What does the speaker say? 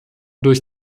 durch